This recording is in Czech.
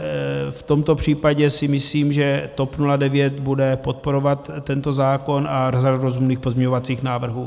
V tomto případě si myslím, že TOP 09 bude podporovat tento zákon a rozumných pozměňovacích návrhů.